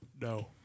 No